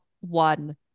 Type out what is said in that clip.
one